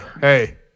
hey